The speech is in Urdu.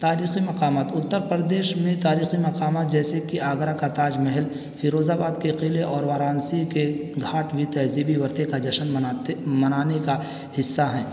تاریخی مقامات اتر پردیش میں تاریخی مقامات جیسے کہ آگرہ کا تاج محل فیروز آباد کے قلعے اور وارانسی کے گھاٹ بھی تہذیبی ورثے کا جشن مناتے منانے کا حصہ ہیں